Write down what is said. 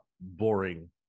boring